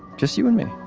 just you and me?